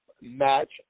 match